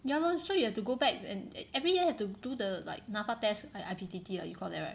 ya lor so you have to go back and every year have to do the like NAPFA test and I_P_P_T 而已 you call that right